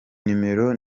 numero